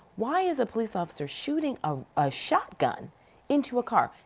why is a police officer shooting ah a shotgun into a car?